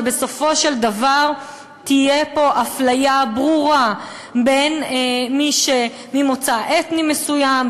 ובסופו של דבר תהיה פה אפליה ברורה בין מי שממוצא אתני מסוים,